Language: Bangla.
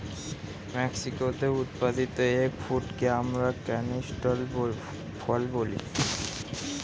মেক্সিকোতে উৎপাদিত এগ ফ্রুটকে আমরা ক্যানিস্টেল ফল বলি